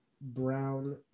brown